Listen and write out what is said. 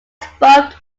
spoke